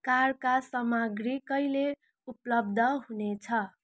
कारका सामग्री कहिले उपलब्ध हुनेछ